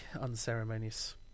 unceremonious